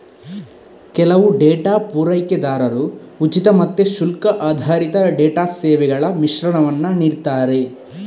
ಕೆಲವು ಡೇಟಾ ಪೂರೈಕೆದಾರರು ಉಚಿತ ಮತ್ತೆ ಶುಲ್ಕ ಆಧಾರಿತ ಡೇಟಾ ಸೇವೆಗಳ ಮಿಶ್ರಣವನ್ನ ನೀಡ್ತಾರೆ